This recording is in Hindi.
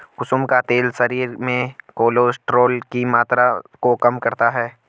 कुसुम का तेल शरीर में कोलेस्ट्रोल की मात्रा को कम करता है